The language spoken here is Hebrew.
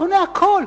שונא הכול.